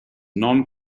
non